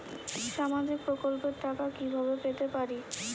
সামাজিক প্রকল্পের টাকা কিভাবে পেতে পারি?